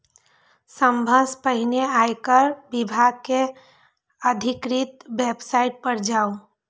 सबसं पहिने आयकर विभाग के अधिकृत वेबसाइट पर जाउ